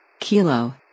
Kilo